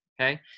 Okay